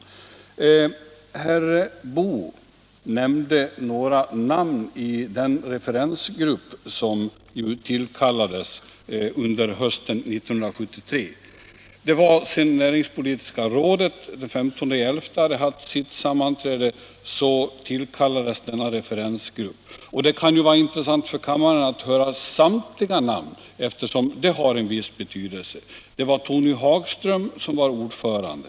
Herr Boo nämnde några namn i den referensgrupp som tillkallades under hösten 1973. Sedan näringspolitiska rådet hade haft sitt sammanträde den 15 november tillkallades denna referensgrupp, och det kan vara intressant för kammarens ledamöter att höra samtliga namn, eftersom sammansättningen av gruppen har en viss betydelse. Tony Hagström var ordförande.